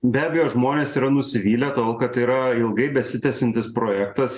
be abejo žmonės yra nusivylę todėl kad tai yra ilgai besitęsiantis projektas